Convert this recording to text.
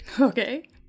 Okay